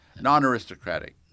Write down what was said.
non-aristocratic